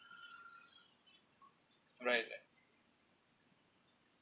right